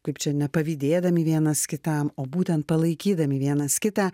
kaip čia nepavydėdami vienas kitam o būtent palaikydami vienas kitą